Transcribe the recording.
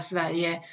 Sverige